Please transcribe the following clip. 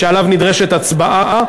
שעליו נדרשת הצבעה,